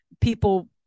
people